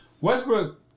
Westbrook